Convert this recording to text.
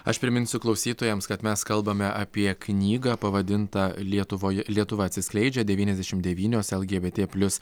aš priminsiu klausytojams kad mes kalbame apie knygą pavadintą lietuvoje lietuva atsiskleidžia devyniasdešim devynios lgbt plius